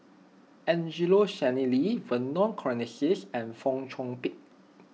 Angelo Sanelli Vernon Cornelius and Fong Chong Pik